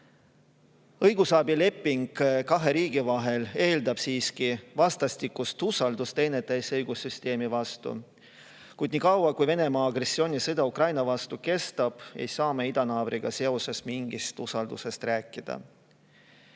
vastu. Õigusabileping kahe riigi vahel eeldab siiski vastastikust usaldust teineteise õigussüsteemi vastu. Kuid nii kaua, kui Venemaa agressioonisõda Ukraina vastu kestab, ei saa me idanaabriga seoses mingist usaldusest rääkida.